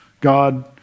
God